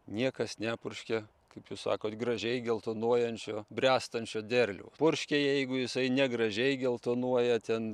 niekas nepurškia kaip jūs sakot gražiai geltonuojančio bręstančio derliaus purškia jeigu jisai negražiai geltonuoja ten